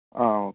ആ ഓക്കേ